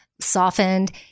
softened